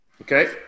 Okay